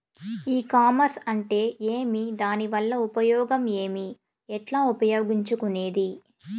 ఈ కామర్స్ అంటే ఏమి దానివల్ల ఉపయోగం ఏమి, ఎట్లా ఉపయోగించుకునేది?